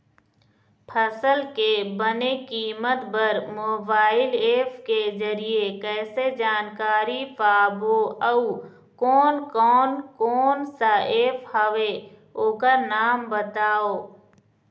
फसल के बने कीमत बर मोबाइल ऐप के जरिए कैसे जानकारी पाबो अउ कोन कौन कोन सा ऐप हवे ओकर नाम बताव?